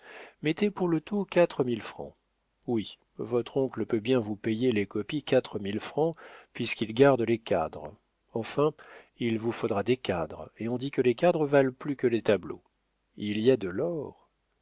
mettez pour le tout quatre mille francs oui votre oncle peut bien vous payer les copies quatre mille francs puisqu'il garde les cadres enfin il vous faudra des cadres et on dit que les cadres valent plus que les tableaux il y a de l'or